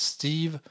Steve